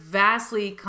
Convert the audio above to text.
vastly